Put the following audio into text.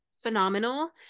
phenomenal